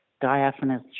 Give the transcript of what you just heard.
diaphanous